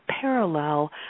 parallel